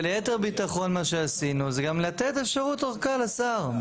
וליתר ביטחון מה שעשינו זה גם לתת אפשרות אורכה לשר.